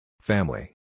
Family